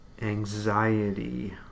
anxiety